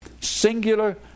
singular